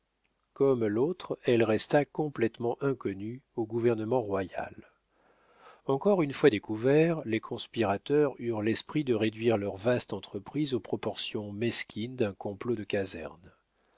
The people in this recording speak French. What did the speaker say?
comme l'autre elle resta complétement inconnue au gouvernement royal encore une fois découverts les conspirateurs eurent l'esprit de réduire leur vaste entreprise aux proportions mesquines d'un complot de caserne